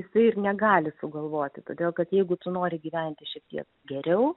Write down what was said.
jisai ir negali sugalvoti todėl kad jeigu tu nori gyventi šiek tiek geriau